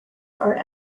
are